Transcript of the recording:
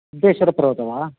सिद्धेश्वरपर्वतो वा